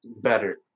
Better